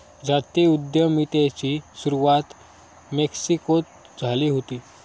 जाती उद्यमितेची सुरवात मेक्सिकोत झाली हुती